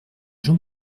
jean